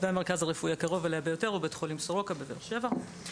והמרכז הרפואי הקרוב אליה ביותר הוא בית חולים סורוקה בבאר שבע.